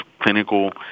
clinical